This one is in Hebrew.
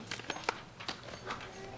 הישיבה ננעלה בשעה 10:58.